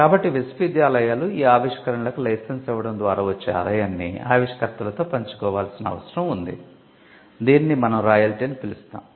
కాబట్టి విశ్వవిద్యాలయాలు ఈ ఆవిష్కరణలకు లైసెన్స్ ఇవ్వడం ద్వారా వచ్చే ఆదాయాన్ని ఆవిష్కర్తలతో పంచుకోవాల్సిన అవసరం ఉంది దీనిని మనo రాయల్టీ అని పిలుస్తాము